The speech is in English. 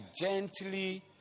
gently